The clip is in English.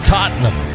Tottenham